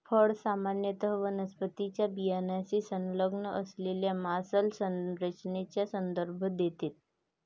फळ सामान्यत वनस्पतीच्या बियाण्याशी संलग्न असलेल्या मांसल संरचनेचा संदर्भ देते